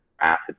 acid